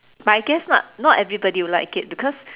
my guess not not everybody will like it because